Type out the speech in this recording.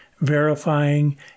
verifying